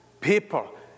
people